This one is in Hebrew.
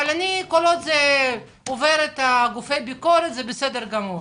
כל עוד זה עובר את גופי הביקורת זה בסדר גמור.